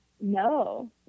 No